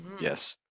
Yes